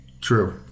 True